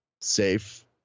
safe